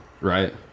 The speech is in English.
right